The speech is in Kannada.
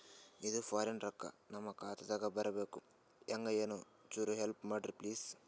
ಇದು ಫಾರಿನ ರೊಕ್ಕ ನಮ್ಮ ಖಾತಾ ದಾಗ ಬರಬೆಕ್ರ, ಹೆಂಗ ಏನು ಚುರು ಹೆಲ್ಪ ಮಾಡ್ರಿ ಪ್ಲಿಸ?